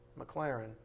McLaren